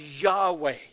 Yahweh